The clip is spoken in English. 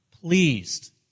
pleased